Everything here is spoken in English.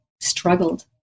struggled